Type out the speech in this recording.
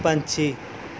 ਪੰਛੀ